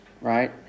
right